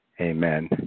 Amen